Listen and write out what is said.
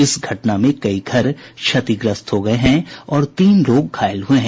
इस घटना में कई घर क्षतिग्रस्त हो गये हैं और तीन लोग घायल हुए हैं